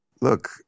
look